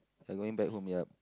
and going back home yup